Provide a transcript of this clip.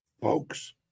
Folks